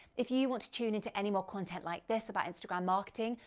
if you want to tune in to any more content like this about instagram marketing,